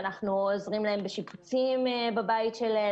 ואנחנו עוזרים להם בשיפוצים בביתם,